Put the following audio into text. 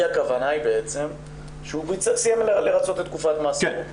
הכוונה היא בעצם שהוא סיים לרצות את תקופת מאסרו.